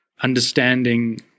understanding